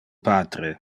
patre